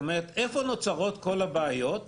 איפה נוצרות כל הבעיות?